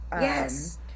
Yes